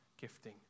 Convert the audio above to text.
gifting